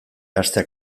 hastea